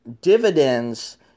dividends